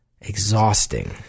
Exhausting